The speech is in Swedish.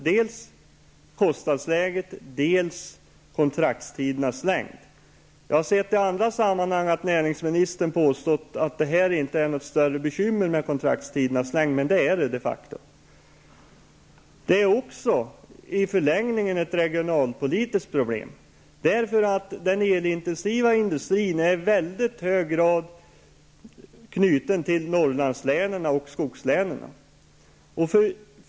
Det gäller dels kostnadsläget, dels kontraktstidernas längd. Jag har i andra sammanhang sett att näringsministern har påstått att kontraktstidernas längd inte innebär något större bekymmer, men de facto är det så. I förlängningen är det ett regionalpolitiskt problem. Den elintensiva industrin är i mycket hög grad knuten till Norrlandslänen och skogslänen.